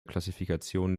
klassifikation